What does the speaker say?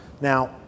Now